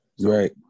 Right